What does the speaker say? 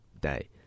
day